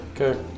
Okay